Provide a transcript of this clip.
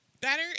better